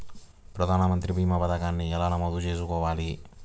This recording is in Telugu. ప్రధాన మంత్రి భీమా పతకాన్ని ఎలా నమోదు చేసుకోవాలి?